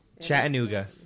Chattanooga